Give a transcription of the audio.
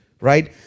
right